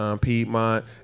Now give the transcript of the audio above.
Piedmont